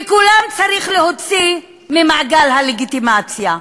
ואת כולם צריך להוציא ממעגל הלגיטימציה.